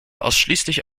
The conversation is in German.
ausschließlich